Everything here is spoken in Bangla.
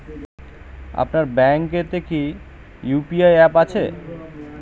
আপনার ব্যাঙ্ক এ তে কি ইউ.পি.আই অ্যাপ আছে?